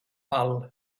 val